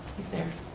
he's there.